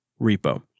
repo